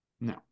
No